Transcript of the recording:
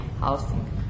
housing